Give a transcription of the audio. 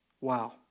Wow